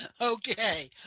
Okay